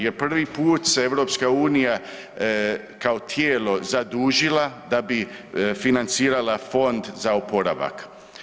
Jer put se EU kao tijelo zadužila da bi financirala fond za oporavak.